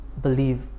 believe